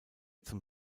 zum